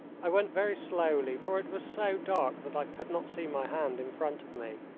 i went very slowly, for it was so dark that i could not see my hand in front of me.